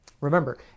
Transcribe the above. Remember